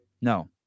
No